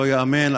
לא ייאמן,